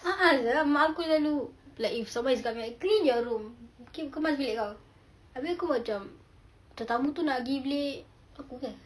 a'ah sia mak aku selalu like if someone is coming li~ clean your room ke~ kemas bilik kau abeh aku macam tetamu tu nak bilik aku ke